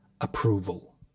approval